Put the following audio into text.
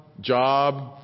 job